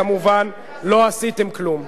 כמובן לא עשיתם כלום.